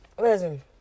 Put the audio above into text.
Listen